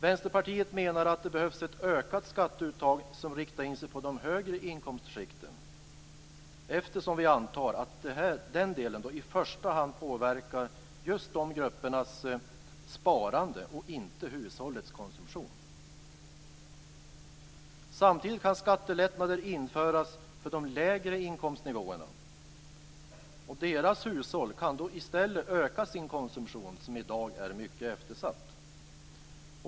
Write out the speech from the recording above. Vänsterpartiet menar att det behövs ett ökat skatteuttag som riktar in sig på de högre inkomstskikten eftersom vi antar att detta i första hand påverkar just dessa gruppers sparande och inte hushållens konsumtion. Samtidigt kan skattelättnader införas för de lägre inkomstsnivåerna. Dessa hushåll kan då i stället öka sin konsumtion, som i dag är mycket eftersatt.